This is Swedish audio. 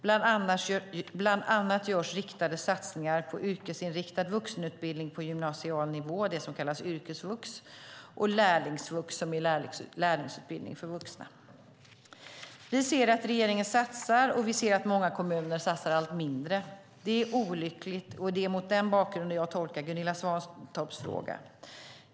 Bland annat görs riktade satsningar på yrkesinriktad vuxenutbildning på gymnasial nivå, det som kallas yrkesvux, och på lärlingsutbildning för vuxna, lärlingsvux. Vi ser att regeringen satsar, och vi ser att många kommuner satsar allt mindre. Det är olyckligt, och det är mot den bakgrunden jag tolkar Gunilla Svantorps fråga.